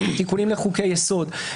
תיקונים לחוקי-יסוד.